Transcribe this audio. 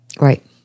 right